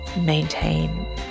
maintain